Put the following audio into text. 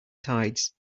tides